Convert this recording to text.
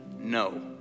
No